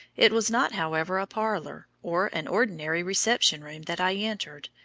it was not, however, a parlour, or an ordinary reception room that i entered,